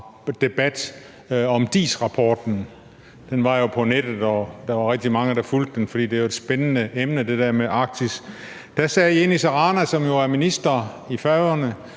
debat om DIIS-rapporten – det var på nettet, og der var rigtig mange, der fulgte debatten, fordi det er spændende emne, det der med Arktis – sad Jenis av Rana, som jo er minister i Færøerne,